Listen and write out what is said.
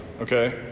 Okay